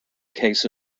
case